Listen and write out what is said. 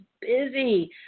busy